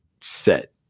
set